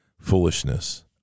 foolishness